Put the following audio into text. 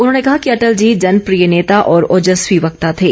उन्होंने कहा कि अटल जी जनप्रिय नेता और ओजस्वी वक्ता थे